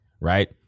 Right